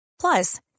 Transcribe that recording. Plus